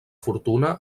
fortuna